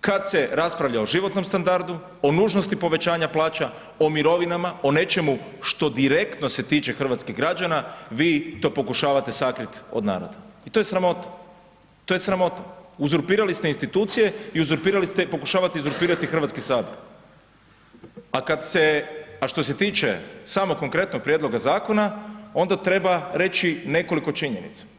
kad se raspravlja o životnom standardu, o nužnosti povećanja plaća, o mirovinama, o nečemu što direktno se tiče hrvatskih građana, vi to pokušavate sakrit od naroda i to je sramota, to je sramota, uzurpirali ste institucije i uzurpirali ste, pokušavate uzurpirati HS, a kad se, a što se tiče samog konkretnog prijedloga zakona onda treba reći nekoliko činjenica.